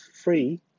free